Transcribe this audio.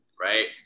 right